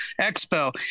expo